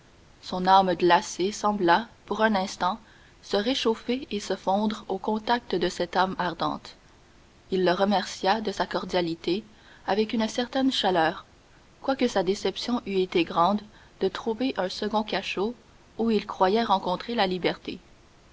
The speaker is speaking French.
son âme glacée sembla pour un instant se réchauffer et se fondre au contact de cette âme ardente il le remercia de sa cordialité avec une certaine chaleur quoique sa déception eût été grande de trouver un second cachot où il croyait rencontrer la liberté